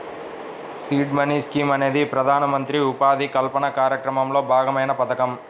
seed money scheme అనేది ప్రధానమంత్రి ఉపాధి కల్పన కార్యక్రమంలో భాగమైన పథకం